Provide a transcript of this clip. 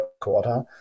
quarter